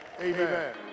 amen